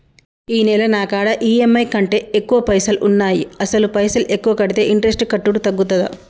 ఈ నెల నా కాడా ఈ.ఎమ్.ఐ కంటే ఎక్కువ పైసల్ ఉన్నాయి అసలు పైసల్ ఎక్కువ కడితే ఇంట్రెస్ట్ కట్టుడు తగ్గుతదా?